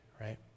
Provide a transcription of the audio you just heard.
right